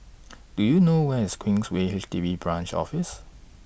Do YOU know Where IS Queensway H D B Branch Office